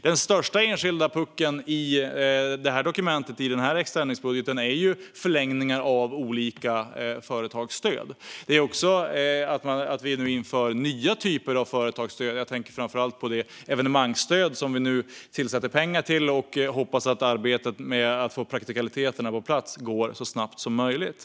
Den största enskilda puckeln i denna extra ändringsbudget är förlängningar av olika företagsstöd. Vi inför dessutom nya företagsstöd. Jag tänker framför allt på det evenemangsstöd som vi nu skjuter till pengar för. Jag hoppas att arbetet med att få praktikaliteterna på plats går så snabbt som möjligt.